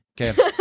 Okay